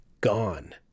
gone